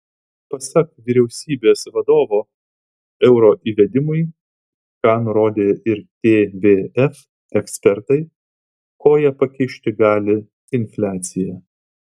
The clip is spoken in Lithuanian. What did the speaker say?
pasak vyriausybės vadovo euro įvedimui ką nurodė ir tvf ekspertai koją pakišti gali infliacija